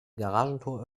garagentor